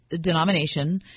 denomination